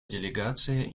делегация